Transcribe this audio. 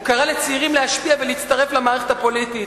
הוא קרא לצעירים להשפיע ולהצטרף למערכת הפוליטית.